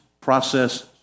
Process